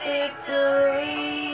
Victory